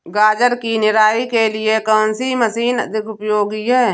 गाजर की निराई के लिए कौन सी मशीन अधिक उपयोगी है?